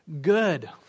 good